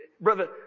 brother